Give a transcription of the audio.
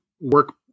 work